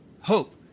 hope